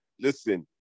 Listen